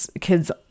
kids